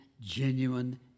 genuine